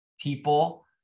people